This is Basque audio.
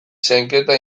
zainketa